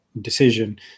Decision